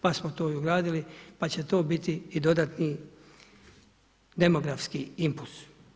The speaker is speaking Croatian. Pa smo to i ugradili, pa će to biti i dodatni demografski impuls.